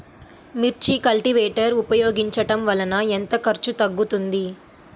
మిర్చి కల్టీవేటర్ ఉపయోగించటం వలన ఎంత ఖర్చు తగ్గుతుంది?